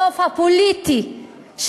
הסוף הפוליטי,